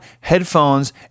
headphones